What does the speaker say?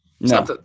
No